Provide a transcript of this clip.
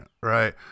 right